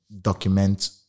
document